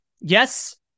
yes